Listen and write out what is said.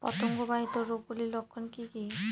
পতঙ্গ বাহিত রোগ গুলির লক্ষণ কি কি?